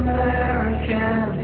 American